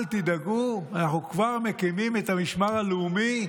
אל תדאגו, אנחנו כבר מקימים את המשמר הלאומי.